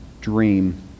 dream